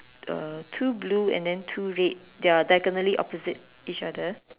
uh two blue and then two red they are diagonally opposite each other